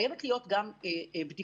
חייבות להיות גם בדיקות.